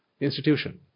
institution